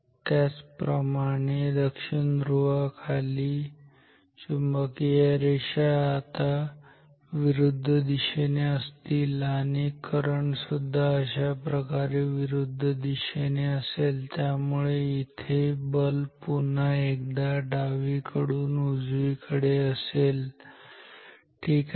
त्याच प्रमाणे दक्षिण ध्रुवाखाली चुंबकीय रेषा आता विरुद्ध दिशेने असतील आणि करंट सुद्धा अशा प्रकारे विरुद्ध दिशेने असेल आणि त्यामुळे इथे बल पुन्हा एकदा डावीकडून उजवीकडे असेल ठीक आहे